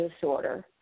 disorder